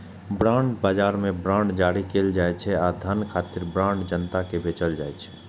bond बाजार मे bond जारी कैल जाइ छै आ धन खातिर बांड जनता कें बेचल जाइ छै